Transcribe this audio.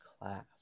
class